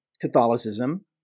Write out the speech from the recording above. Catholicism